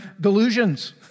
delusions